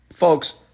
Folks